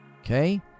Okay